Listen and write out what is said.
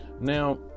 Now